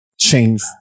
change